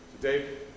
Dave